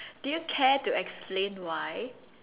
do you care to explain why